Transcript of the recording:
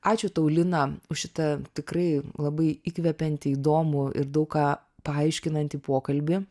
ačiū tau lina už šitą tikrai labai įkvepiantį įdomų ir daug ką paaiškinantį pokalbį